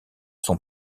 son